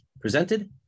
presented